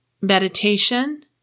meditation